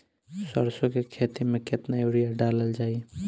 सरसों के खेती में केतना यूरिया डालल जाई?